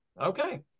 Okay